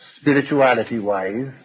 spirituality-wise